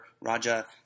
Raja